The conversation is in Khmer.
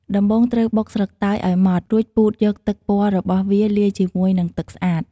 ដំបូងត្រូវបុកស្លឹកតើយឲ្យម៉ដ្ឋ រួចពូតយកទឹកពណ៌របស់វាលាយជាមួយនិងទឹកស្អាត។